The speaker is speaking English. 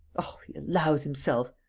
oh, he allows himself!